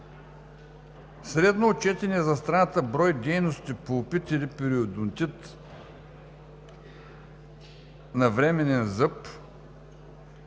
Средно отчетеният за страната брой дейности „пулпит“ или „периодонтит“ на временен зъб